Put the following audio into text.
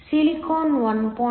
7 ಸಿಲಿಕಾನ್1